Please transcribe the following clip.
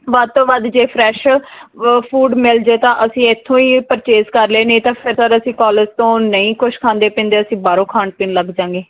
ਵੱਧ ਤੋਂ ਵੱਧ ਜੇ ਫਰੈਸ਼ ਫੂਡ ਮਿਲ ਜੇ ਤਾਂ ਅਸੀਂ ਇੱਥੋਂ ਹੀ ਪਰਚੇਸ ਕਰ ਲਏ ਨਹੀਂ ਤਾਂ ਫਿਰ ਸਰ ਅਸੀਂ ਕਾਲਜ ਤੋਂ ਨਹੀਂ ਕੁਝ ਖਾਂਦੇ ਪੀਂਦੇ ਅਸੀਂ ਬਾਹਰੋਂ ਖਾਣ ਪੀਣ ਲੱਗ ਜਾਂਗੇ